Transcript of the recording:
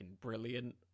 brilliant